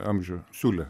amžių siūlė